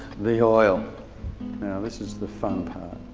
the oil, now this is the fun part.